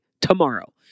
tomorrow